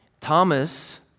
Thomas